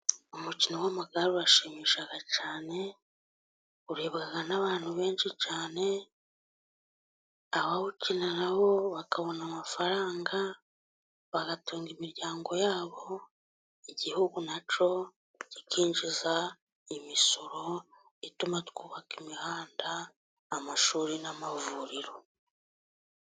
Umukino w'amagare urashimisha cyane, urebwa n'abantu benshi cyane, abawukina na bo bakabona amafaranga bagatunga imiryango yabo, igihugu na cyo kikinjiza imisoro ituma twubaka imihanda, amashuri n'amavuriro.